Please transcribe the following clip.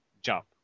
jump